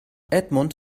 edmund